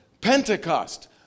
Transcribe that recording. Pentecost